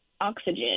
oxygen